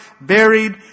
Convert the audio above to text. buried